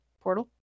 portal